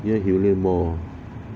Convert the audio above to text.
near union mall